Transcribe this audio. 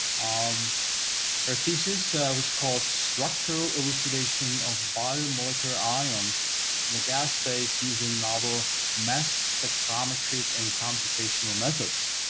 um her thesis was called structural elucidation of biomolecular ions and the gas phase using novel mass spectrometry and computational methods.